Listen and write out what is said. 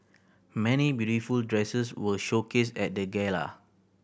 many beautiful dresses were showcased at the gala